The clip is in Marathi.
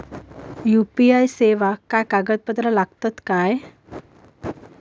यू.पी.आय सेवाक काय कागदपत्र लागतत काय?